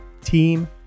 team